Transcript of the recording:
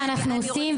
אנחנו עושים,